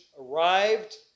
arrived